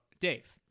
Dave